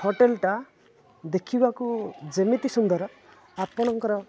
ହୋଟେଲଟା ଦେଖିବାକୁ ଯେମିତି ସୁନ୍ଦର ଆପଣଙ୍କର